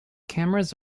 cameras